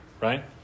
right